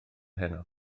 heno